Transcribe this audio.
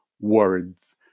words